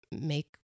make